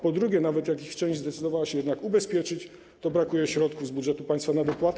Po drugie, nawet jak ich część zdecyduje się jednak ubezpieczyć, to braknie środków z budżetu państwa na dopłaty.